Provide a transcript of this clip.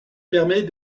permet